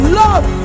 love